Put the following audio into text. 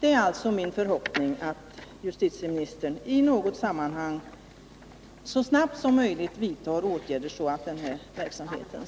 Det är alltså min förhoppning att justitieministern i något sammanhang så snart som möjligt vidtar åtgärder, så att den här verksamheten